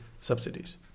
subsidies